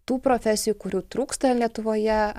tų profesijų kurių trūksta lietuvoje